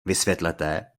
vysvětlete